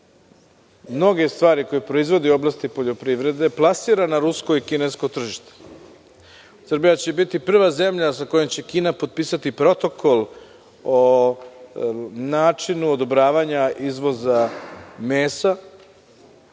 mnoge stvari koje proizvodi u oblasti poljoprivrede plasira na rusko i kinesko tržište. Srbija će biti prva zemlja sa kojom će Kina potpisati protokol o načinu odobravanja izvoza mesa,